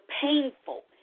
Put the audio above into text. painful